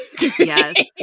Yes